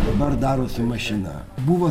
dabar daro su mašina buvo